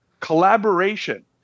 collaboration